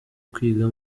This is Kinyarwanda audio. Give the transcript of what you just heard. kwiga